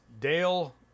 Dale